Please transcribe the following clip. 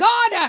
God